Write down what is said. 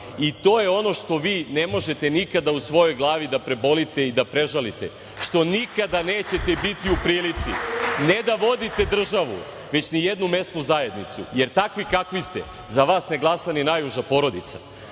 i to je ono što vi ne možete nikada u svojoj glavi da prebolite i prežalite, što nikada nećete biti u prilici ne da vodite državu, već nijednu mesnu zajednicu, jer takvi kakvi ste za vas ne glasa ni najuža porodica,